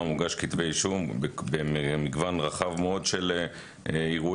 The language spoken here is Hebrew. הוגשו כתבי אישום במגוון רחב מאוד של אירועים.